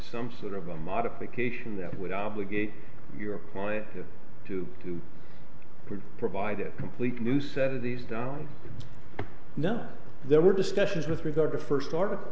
some sort of a modification that would obligate your apply it to provide a complete new set of these done no there were discussions with regard to first art